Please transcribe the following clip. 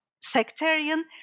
sectarian